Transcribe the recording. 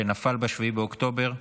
שנפל ב-7 באוקטובר.